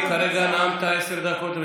ומינה אתכם להיות שקרנים.